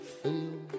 feel